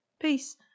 Peace